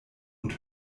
und